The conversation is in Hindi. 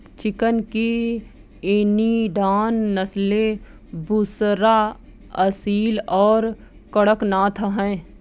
चिकन की इनिडान नस्लें बुसरा, असील और कड़कनाथ हैं